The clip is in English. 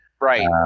Right